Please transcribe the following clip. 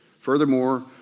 Furthermore